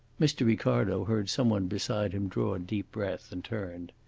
mr. ricardo heard some one beside him draw a deep breath, and turned.